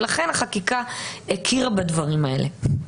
ולכן החקיקה הכירה בדברים האלה.